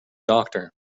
doctor